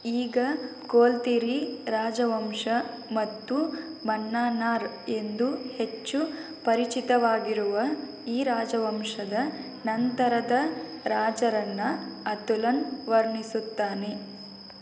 ಈಗ ಕೋಲ್ತಿರಿ ರಾಜವಂಶ ಮತ್ತು ಮನ್ನನಾರ್ ಎಂದು ಹೆಚ್ಚು ಪರಿಚಿತವಾಗಿರುವ ಈ ರಾಜವಂಶದ ನಂತರದ ರಾಜರನ್ನು ಅತುಲನ್ ವರ್ಣಿಸುತ್ತಾನೆ